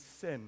sin